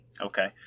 Okay